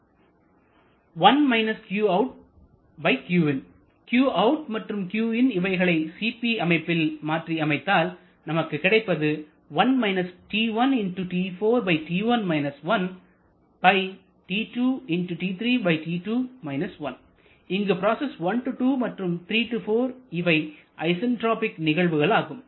qout மற்றும் qin இவைகளை cp அமைப்பில் மாற்றி அமைத்தால் நமக்கு கிடைப்பது இங்கு ப்ராசஸ் 1 2 மற்றும் 3 4 இவை ஐசன்டிராபிக் நிகழ்வுகளாகும்